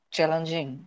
Challenging